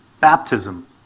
baptism